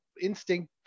Instinct